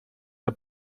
der